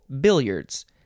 billiards